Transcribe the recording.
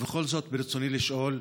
ובכל זאת, ברצוני לשאול: